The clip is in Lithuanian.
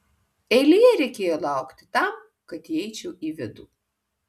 eilėje reikėjo laukti tam kad įeičiau į vidų